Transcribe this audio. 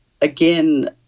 again